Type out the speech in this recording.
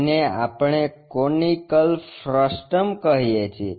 જેને આપણે conical frustum કહીએ છીએ